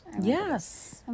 Yes